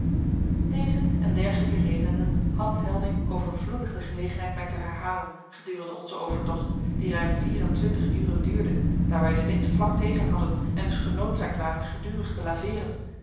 deze en dergelijke redenen had helding overvloedig de gelegenheid mij te herhalen gedurende onzen overtocht die ruim vier en twintig uren duurde daar wij den wind vlak tegen hadden en dus genoodzaakt waren gedurig te laveeren